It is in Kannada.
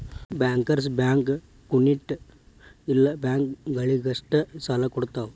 ಬ್ಯಾಂಕರ್ಸ್ ಬ್ಯಾಂಕ್ ಕ್ಮ್ಯುನಿಟ್ ಇಲ್ಲ ಬ್ಯಾಂಕ ಗಳಿಗಷ್ಟ ಸಾಲಾ ಕೊಡ್ತಾವ